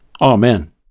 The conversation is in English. Amen